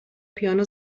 پیانو